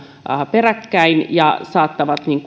peräkkäin ja saattavat